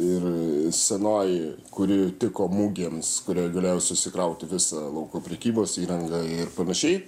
ir senoji kuri tiko mugėms galėjau susikrauti visą lauko prekybos įrangą ir panašiai